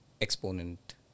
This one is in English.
Exponent